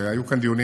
היו כאן דיונים,